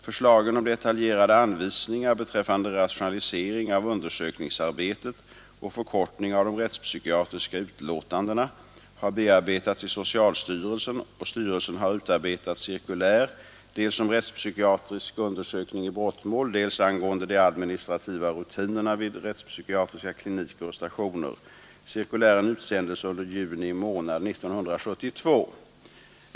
Förslagen om detaljerade anvisningar beträffande rationalisering av undersökningsarbetet och förkortning av de rättspsykiatriska utlåtandena har bearbetats i socialstyrelsen, och styrelsen har utarbetat cirkulär dels om rättspsykiatrisk undersökning i brottmål, dels angående de administrativa rutinerna vid rättspsykiatriska kliniker och stationer. Cirkulären utsändes under juni månad 1972.